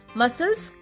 muscles